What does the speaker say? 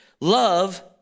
Love